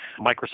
Microsoft